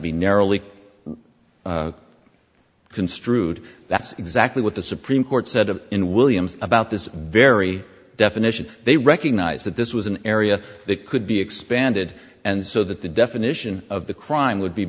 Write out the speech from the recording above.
be narrowly construed that's exactly what the supreme court said of in williams about this very definition they recognize that this was an area that could be expanded and so that the definition of the crime would be